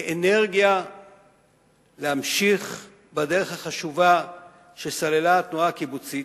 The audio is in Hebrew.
כאנרגיה להמשיך בדרך החשובה שסללה התנועה הקיבוצית.